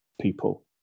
people